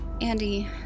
Andy